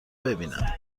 ببینم